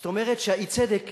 זאת אומרת שהאי-צדק,